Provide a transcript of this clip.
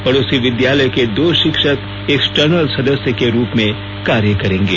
पड़ोसी विद्यालय के दो शिक्षक एक्सटर्नल सदस्य के रुप में कार्य करेंगे